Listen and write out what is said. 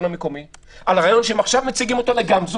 מקומי על הרעיון שהם עכשיו מציגים לגמזו,